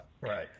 Right